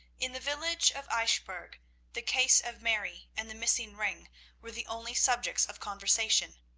in the village of eichbourg the case of mary and the missing ring were the only subjects of conversation,